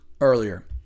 earlier